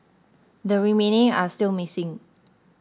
the remaining are still missing